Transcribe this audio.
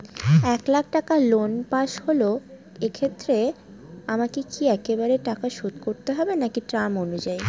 এক লাখ টাকা loan pass হল সেক্ষেত্রে আমাকে কি একবারে টাকা শোধ করতে হবে নাকি টার্ম অনুযায়ী?